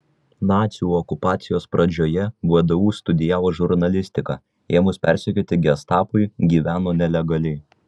nacių okupacijos pradžioje vdu studijavo žurnalistiką ėmus persekioti gestapui gyveno nelegaliai